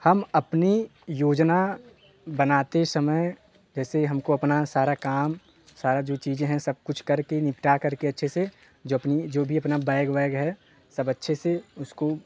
हम अपनी योजना बनाते समय जैसे हमको अपना सारा काम सारा जो चीज़ें हैं सब कुछ करके निपटा कर के अच्छे से जो अपनी जो भी अपना बैग वैग है सब अच्छे से उसको